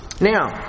Now